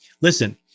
listen